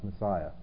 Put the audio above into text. Messiah